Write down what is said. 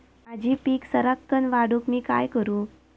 माझी पीक सराक्कन वाढूक मी काय करू?